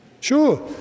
Sure